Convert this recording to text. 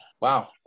Wow